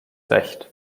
recht